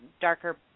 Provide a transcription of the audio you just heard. darker